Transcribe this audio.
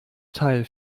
teil